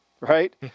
right